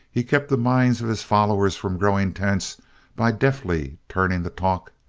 he kept the minds of his followers from growing tense by deftly turning the talk,